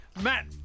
Matt